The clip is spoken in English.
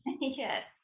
Yes